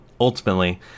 ultimately